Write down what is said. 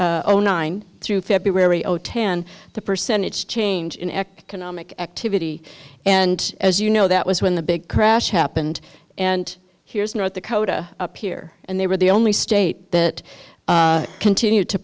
zero nine through february zero ten the percentage change in economic activity and as you know that was when the big crash happened and here's north dakota up here and they were the only state that continued to